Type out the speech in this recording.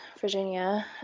Virginia